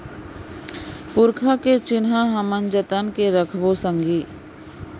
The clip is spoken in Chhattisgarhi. पुरखा के चिन्हा हमन जतन के रखबो संगी